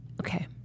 Okay